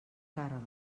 càrrega